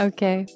Okay